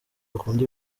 bakunda